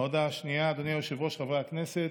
ההודעה השנייה, אדוני היושב-ראש, חברי הכנסת: